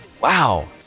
Wow